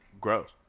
gross